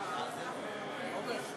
רוברט,